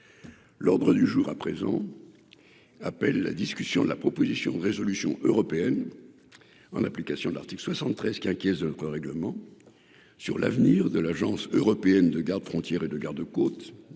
L'ordre du jour à présent. Appelle la discussion de la proposition de résolution européenne. En application de l'article 73 qui inquiète de notre règlement. Sur l'avenir de l'Agence européenne de gardes-frontières et de garde-côtes